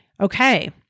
okay